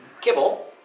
kibble